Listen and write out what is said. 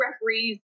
referees